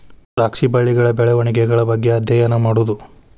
ದ್ರಾಕ್ಷಿ ಬಳ್ಳಿಗಳ ಬೆಳೆವಣಿಗೆಗಳ ಬಗ್ಗೆ ಅದ್ಯಯನಾ ಮಾಡುದು